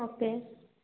okay